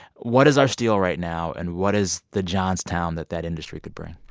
what is our steel right now? and what is the johnstown that that industry could bring?